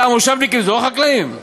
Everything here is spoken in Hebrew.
למה, המושבניקים זה לא חקלאים?